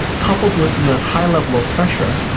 coupled with the high level of pressure,